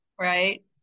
Right